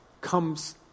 comes